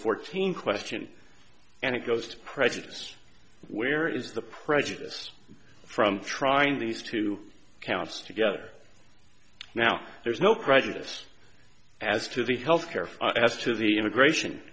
fourteen question and it goes to prejudice where is the prejudice from trying these two counts together now there's no prejudice as to the health care has to the immigration